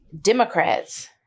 Democrats